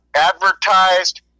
advertised